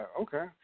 okay